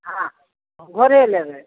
हँ घोड़े लेबै